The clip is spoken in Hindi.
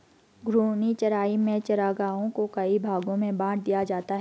घूर्णी चराई में चरागाहों को कई भागो में बाँट दिया जाता है